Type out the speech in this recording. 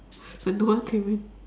but no one came in